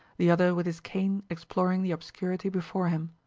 the other with his cane exploring the obscurity before him.